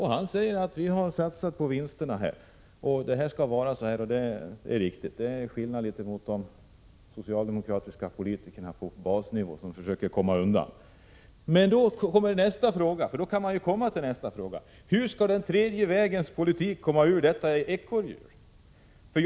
Han säger att här har vi satsat på vinsterna, och det skall vara så. Det är litet skillnad gentemot de socialdemokratiska politikerna på basnivå som försöker komma undan. Vi kan då komma till nästa fråga. Hur skall den tredje vägens politik komma ur detta ekorrhjul?